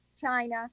China